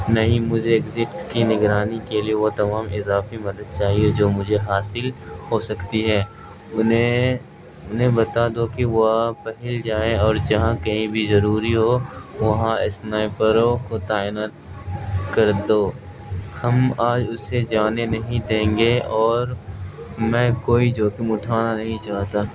نہیں مجھے ایگزٹس کی نگرانی کے لیے وہ تمام اضافی مدد چاہیے جو مجھے حاصل ہو سکتی ہے انہیں انہیں بتا دو کہ وہ پھیل جائیں اور جہاں کہیں بھی ضروری ہو وہاں اسنائپروں کو تعینات کر دو ہم آج اسے جانے نہیں دیں گے اور میں کوئی جوکھم اٹھانا نہیں چاہتا